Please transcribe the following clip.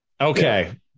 Okay